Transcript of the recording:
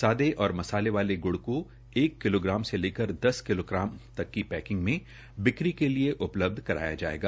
सादे और मसाले वाले ग्ड़ को एक किलोग्राम से लेकर दस किलोग्राम तक की पैकिंग में बिक्री के लिए उपलब्ध कराया जाएगा